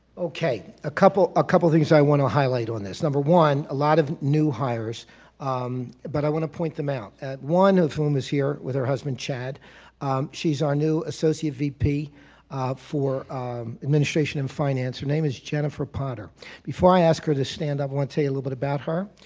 okay a couple a couple things i want to highlight on this number one a lot of new hires um but i want to point them out one of whom is here with her husband chad she's our new associate vp for administration and finance her name is jennifer potter before i ask her to stand i want to say a little bit about her.